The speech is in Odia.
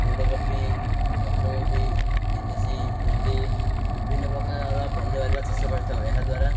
ଫୁଲକୋବି ପତ୍ରକୋବି ଭେଣ୍ଡି ବିଭିନ୍ନ ପ୍ରକାର ପନିପରିବା ଚାଷ କରିଥାଉ ଏହାଦ୍ୱାରା